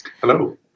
Hello